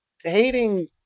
hating